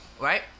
Right